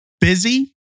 busy